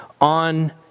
on